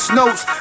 notes